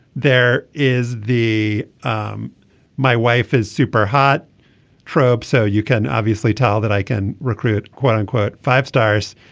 there is the. um my wife is super hot probe so you can obviously tell that i can recruit quote unquote five stars.